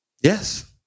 Yes